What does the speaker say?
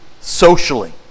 socially